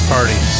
Party